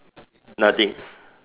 nothing